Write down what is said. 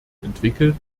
entwickelt